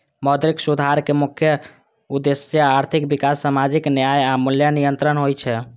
मौद्रिक सुधारक मुख्य उद्देश्य आर्थिक विकास, सामाजिक न्याय आ मूल्य नियंत्रण होइ छै